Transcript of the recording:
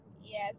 Yes